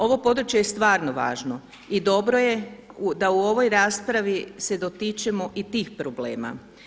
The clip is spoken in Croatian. Ovo područje je stvarno važno i dobro je da u ovoj raspravi se dotičemo i tih problema.